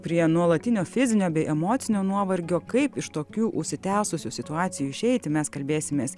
prie nuolatinio fizinio bei emocinio nuovargio kaip iš tokių užsitęsusių situacijų išeiti mes kalbėsimės